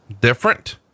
different